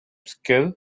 skill